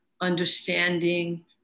understanding